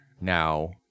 Now